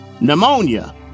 Pneumonia